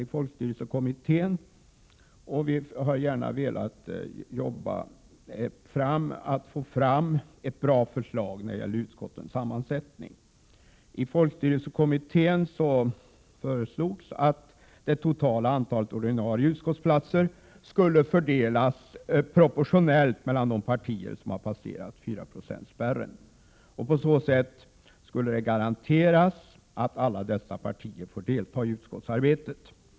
I folkstyrelsekommittén, där flera av oss i utskottet tidigare har arbetat tillsammans, föreslogs att det totala antalet ordinarie utskottsplatser skulle fördelas proportionellt mellan de partier som har passerat 4-procentsspärren. På så sätt skulle alla dessa partier garanteras att få delta i utskottsarbetet.